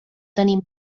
tenim